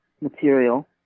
material